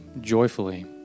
joyfully